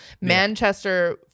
Manchester